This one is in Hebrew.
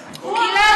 תראה,